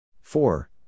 four